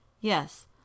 Yes